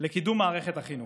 לקידום מערכת החינוך,